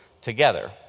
together